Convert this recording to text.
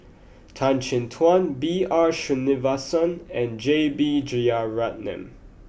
Tan Chin Tuan B R Sreenivasan and J B Jeyaretnam